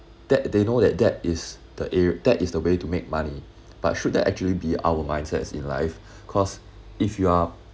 that they know that that is the are~ that is the way to make money but should that actually be our mindsets in life cause if you are